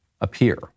appear